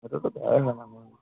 সেইটো কথাই ন